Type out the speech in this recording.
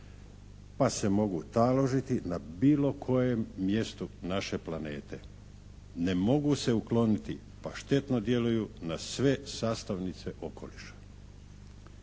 pa se mogu taložiti na bilo kojem mjestu naše planete. Ne mogu se ukloniti pa štetno djeluju na sve sastavnice okoliša.